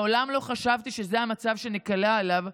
מעולם לא חשבתי שזה המצב שניקלע אליו,